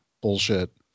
bullshit